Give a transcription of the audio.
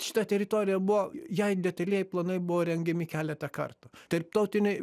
šita teritorija buvo jai detalieji planai buvo rengiami keletą kartų tarptautiniai